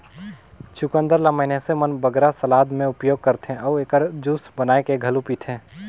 चुकंदर ल मइनसे मन बगरा सलाद में उपयोग करथे अउ एकर जूस बनाए के घलो पीथें